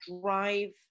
drive